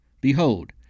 Behold